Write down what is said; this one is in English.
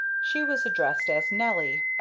she was addressed as nelly.